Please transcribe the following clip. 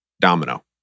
domino